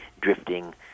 drifting